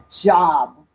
job